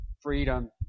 freedom